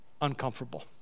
uncomfortable